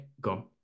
go